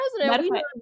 president